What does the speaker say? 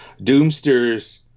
Doomster's